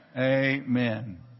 Amen